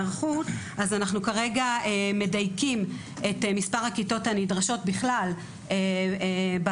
אנחנו כרגע מדייקים את מספר הכיתות הנדרשות בכלל במחוזות,